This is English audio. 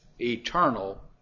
eternal